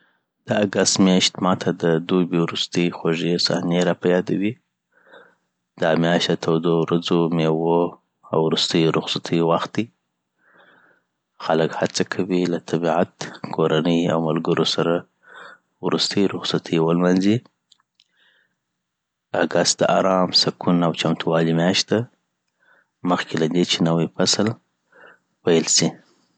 د اګست میاشت ماته د دوبی وروستۍ خوږې سحنې را په یادوي دا میاشت د تودو ورځو، میوو، او وروستيو رخصتیو وخت دی خلک هڅه کوي له طبیعت، کورنۍ او ملګرو سره وروستۍ خوشالۍ ولمانځي اګست د ارام، سکون او چمتووالي میاشت ده .مخکې له دې چې نوی فصل پیل سي